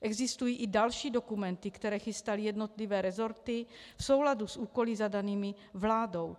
Existují i další dokumenty, které chystaly jednotlivé resorty v souladu s úkoly zadanými vládou.